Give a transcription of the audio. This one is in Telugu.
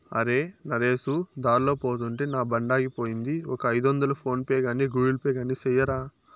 అరే, నరేసు దార్లో పోతుంటే నా బండాగిపోయింది, ఒక ఐదొందలు ఫోన్ పే గాని గూగుల్ పే గాని సెయ్యరా